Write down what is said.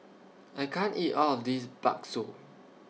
I can't eat All of This Bakso